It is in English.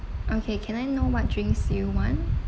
okay can I know what drinks you want